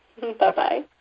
bye-bye